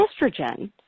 estrogen